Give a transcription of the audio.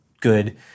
good